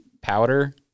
powder